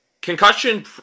Concussion